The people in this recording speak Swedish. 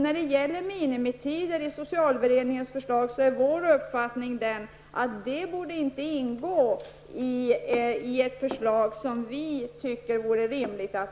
När det gäller de minimitider som föreslås i socialberedningens förslag, är vår uppfattning att sådana inte borde ingå i ett förslag som vi anser rimligt.